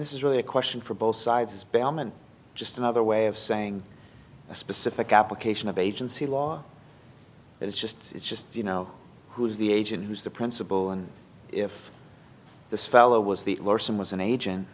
this is really a question for both sides as bam and just another way of saying a specific application of agency law that is just it's just you know who's the agent who's the principal and if this fellow was the lawyer some was an agent